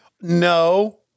No